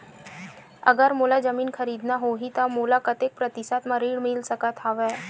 अगर मोला जमीन खरीदना होही त मोला कतेक प्रतिशत म ऋण मिल सकत हवय?